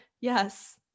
Yes